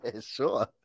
Sure